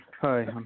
Hi